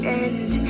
end